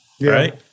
right